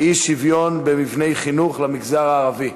אי-שווין במבני חינוך למגזר ערבי,